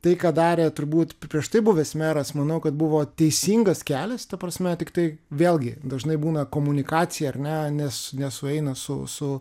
tai ką darė turbūt prieš tai buvęs meras manau kad buvo teisingas kelias ta prasme tiktai vėlgi dažnai būna komunikacija ar ne nes nesueina su su